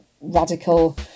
radical